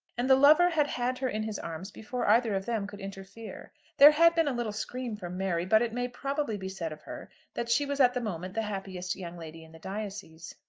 and the lover had had her in his arms before either of them could interfere. there had been a little scream from mary, but it may probably be said of her that she was at the moment the happiest young lady in the diocese.